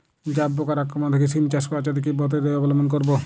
জাব পোকার আক্রমণ থেকে সিম চাষ বাচাতে কি পদ্ধতি অবলম্বন করব?